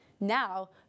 Now